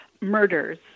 murders